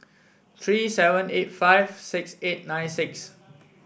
three seven eight five six eight nine six